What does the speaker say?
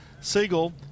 Siegel